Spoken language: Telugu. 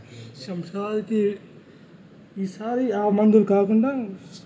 శంషాబాద్కి ఈ సారి ఆ మందులు కాకుండా